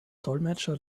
dolmetscher